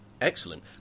Excellent